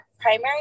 primary